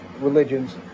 religions